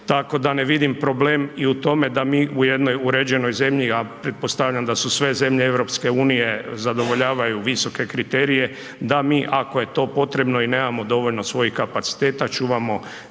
tako da ne vidim problem i u tome da mi u jednoj uređenoj zemlji, a pretpostavljam da su sve zemlje EU, zadovoljavaju visoke kriterije, da mi ako je to potrebno i nemamo dovoljno svojih kapaciteta čuvamo